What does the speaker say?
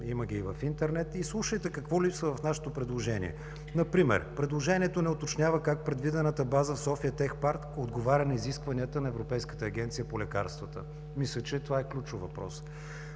има ги и в интернет. Слушайте какво липсва в нашето предложение, например: „предложението не уточнява как предвидената база в „София Тех парк“ отговаря на изискванията на Европейската агенция по лекарствата – мисля, че това е ключов въпрос